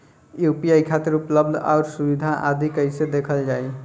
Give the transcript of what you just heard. UPI खातिर उपलब्ध आउर सुविधा आदि कइसे देखल जाइ?